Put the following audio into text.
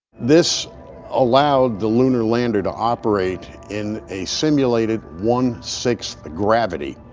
this allowed the lunar lander to operate in a simulated one sixth gravity,